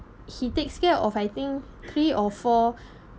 he takes care of I think three or four